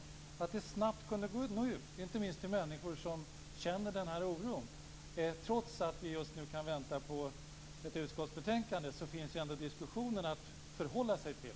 Det vore bra om det snabbt kunde nå ut, inte minst till människor som känner den här oron. Trots att vi just nu väntar på ett utskottsbetänkande finns diskussionen att förhålla sig till.